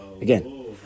Again